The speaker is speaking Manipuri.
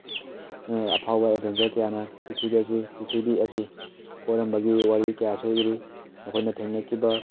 ꯑꯐꯥꯎꯕ ꯑꯦꯗꯚꯦꯟꯆꯔ ꯀꯌꯥꯅ ꯀꯌꯥꯅ ꯄꯤꯊ꯭ꯔꯤꯕꯤ ꯑꯁꯤ ꯀꯣꯏꯔꯝꯕꯒꯤ ꯋꯥꯔꯤ ꯀꯌꯥꯁꯨ ꯏꯔꯤ ꯑꯩꯈꯣꯏꯅ ꯊꯦꯡꯅꯈꯤꯕ